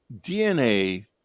DNA